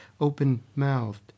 open-mouthed